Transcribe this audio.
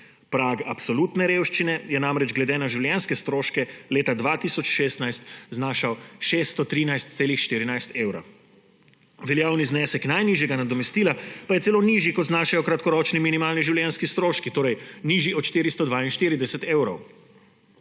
Prag absolutne revščine je namreč glede na življenjske stroške leta 2016 znašal 613,14 evra. Veljavni znesek najnižjega nadomestila pa je celo nižji, kot znašajo kratkoročni minimalni življenjski stroški, torej nižji od 442 evrov.